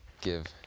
give